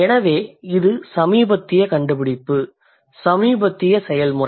எனவே இது சமீபத்திய கண்டுபிடிப்பு இது சமீபத்திய செயல்முறை